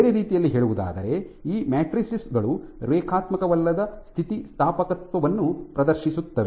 ಬೇರೆ ರೀತಿಯಲ್ಲಿ ಹೇಳುವುದಾದರೆ ಈ ಮ್ಯಾಟ್ರಿಕ್ಸ್ ಗಳು ರೇಖಾತ್ಮಕವಲ್ಲದ ಸ್ಥಿತಿಸ್ಥಾಪಕತ್ವವನ್ನು ಪ್ರದರ್ಶಿಸುತ್ತವೆ